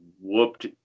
whooped